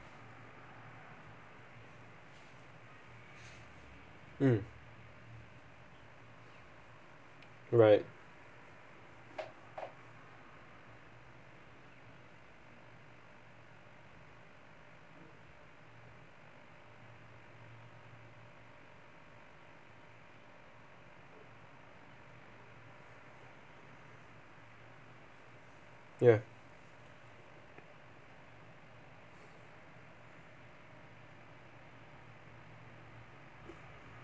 mm right ya